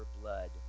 blood